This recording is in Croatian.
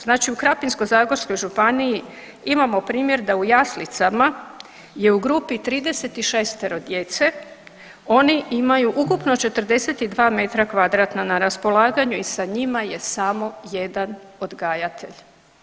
Znači u Krapinsko-zagorskoj županiji imamo primjer da u jaslicama je u grupi 36 djece, oni imaju ukupno 42 m2 na raspolaganju i sa njima je samo jedan odgajatelj.